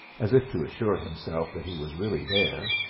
as if to assure himself that he was really there,